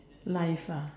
life ah